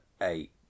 eight